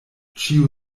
ĉiu